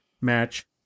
match